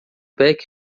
back